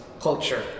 culture